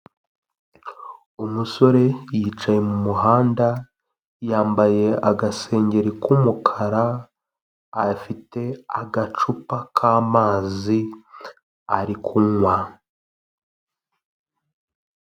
Umusore yicaye mu muhanda yambaye agasengeri k'umukara, afite agacupa k'amazi ari kunywa.